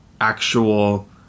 actual